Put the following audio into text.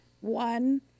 one